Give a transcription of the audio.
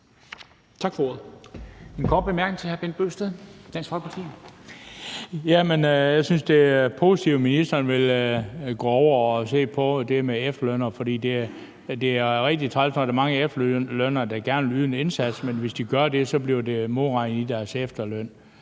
Jeg synes, det er positivt, at ministeren vil gå over og se på det med efterlønnere, for det er rigtig træls, når der er mange efterlønnere, der gerne vil yde en indsats, men hvis de gør det, bliver det modregnet i deres efterløn.